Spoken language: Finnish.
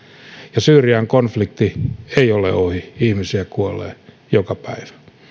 ja syyrian konflikti ei ole ohi ihmisiä kuolee joka päivä